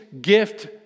gift